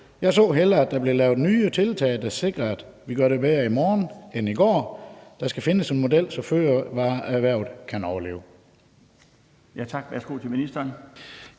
Jeg så hellere, at der blev lavet nye tiltag, der sikrer, at vi gør det bedre i morgen end i går. Der skal findes en model, så fødevareerhvervet kan overleve.«?